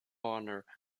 honor